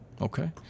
Okay